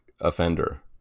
offender